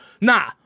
Nah